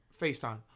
FaceTime